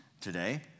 today